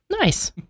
Nice